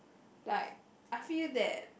like I feel that